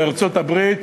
בארצות-הברית.